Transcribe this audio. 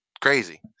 crazy